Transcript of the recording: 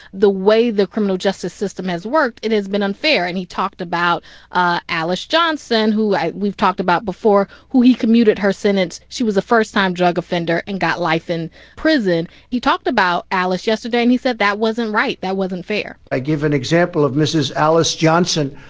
the way the criminal justice system has worked, it has been unfair. and he talked about ah alice johnson, who we've talked about before, who he commuted her sentence. she was a first-time drug offender and got life in prison. he talked about alice yesterday. and he said that wasn't right. that wasn't fair i give an example of mrs. alice johnson,